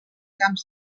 camps